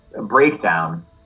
breakdown